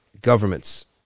governments